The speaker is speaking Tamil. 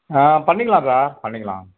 ஆ பண்ணிக்கிலாம் சார் பண்ணிக்கிலாம்